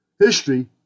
History